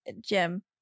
Jim